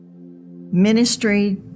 Ministry